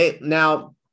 Now